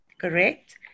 Correct